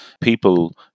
people